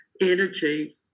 energy